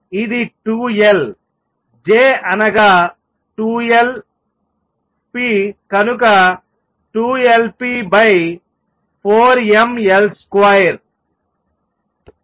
ఇది 2L J అనగా 2L pకనుక 2Lp4mL2